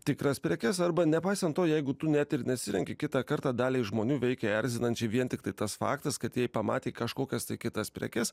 tikras prekes arba nepaisant to jeigu tu net ir nesirenki kitą kartą daliai žmonių veikia erzinančiai vien tiktai tas faktas kad jei pamatė kažkokias tai kitas prekes